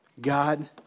God